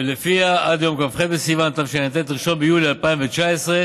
ולפיה עד ליום כ"ח בסיוון התשע"ט, 1 ביולי 2019,